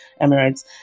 Emirates